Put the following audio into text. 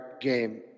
game